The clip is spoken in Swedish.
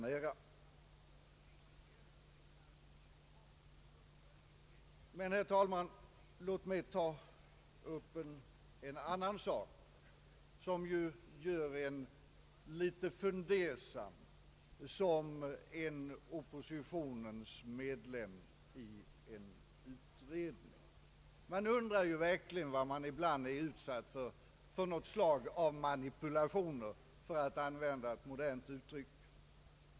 Låt mig, herr talman, ta upp en annan sak, som gör en litet fundersam såsom varande en oppositionens företrädare i en utredning. Man undrar verkligen ibland vilka slags manipulationer man är utsatt för, för att använda ett modernt uttryck.